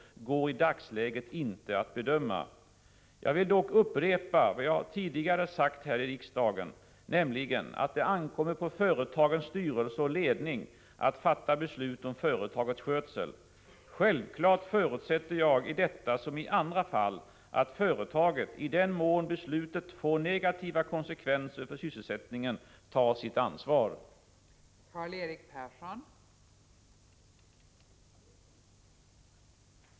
1985/86:67 går i dagsläget inte att bedöma. 30 januari 1986 Jag vill dock upprepa vad jag tidigare sagt här i riksdagen, nämligen att det ankommer på företagens styrelse och ledning att fatta beslut om företagets =- Ez skötsel. Självklart förutsätter jag i detta som i andra fall att företaget, i den s malmfältseruvorna mån beslut får negativa konsekvenser för sysselsättningen, tar sitt ansvar.